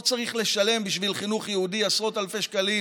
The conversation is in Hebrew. לא צריך לשלם בשביל חינוך יהודי עשרות אלפי שקלים,